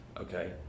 okay